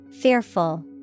Fearful